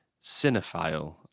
cinephile